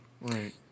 Right